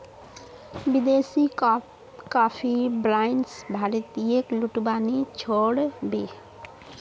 विदेशी coffee brands भारतीयेक लूटवा नी छोड़ बे